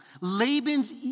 Laban's